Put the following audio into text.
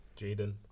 Jaden